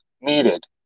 needed